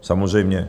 Samozřejmě.